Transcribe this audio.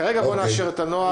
כרגע בואו נאשר את הנוהל.